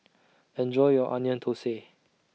Enjoy your Onion Thosai